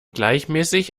gleichmäßig